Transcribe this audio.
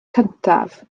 cyntaf